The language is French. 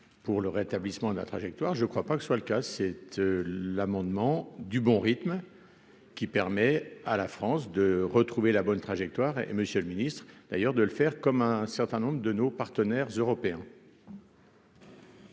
pour le rétablissement de la trajectoire je crois pas que ce soit le cas, cette l'amendement du bon rythme qui permet à la France de retrouver la bonne trajectoire et Monsieur le Ministre d'ailleurs de le faire comme un certain nombre de nos partenaires européens.